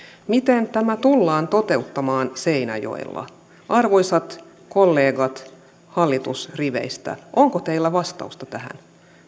miten tämä tullaan toteuttamaan seinäjoella arvoisat kollegat hallitusriveistä onko teillä vastausta tähän